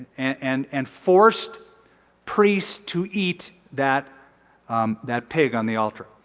and and forced priests to eat that that pig on the altar.